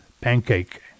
Pancake